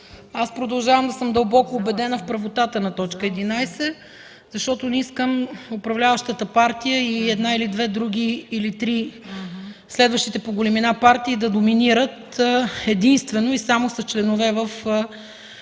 Аз продължавам да съм дълбоко убедена в правотата на т. 11, защото не искам управляващата партия или една-две или три други от следващите по големина партии да доминират, единствено и само с членове в комисиите.